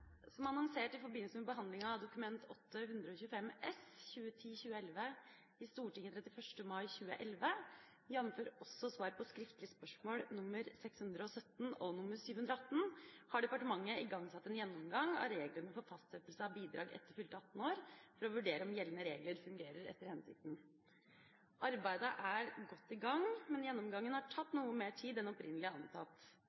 Som annonsert i forbindelse med behandlinga av Dokument 8:125 S for 2010–2011 i Stortinget 31. mai 2011, jf. også svar på skriftlige spørsmål, nr. 617 og nr. 718 for 2010–2011, har departementet igangsatt en gjennomgang av reglene for fastsettelse av bidrag etter fylte 18 år for å vurdere om gjeldende regler fungerer etter hensikten. Arbeidet er godt i gang, men gjennomgangen har tatt